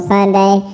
Sunday